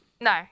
No